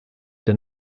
der